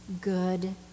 good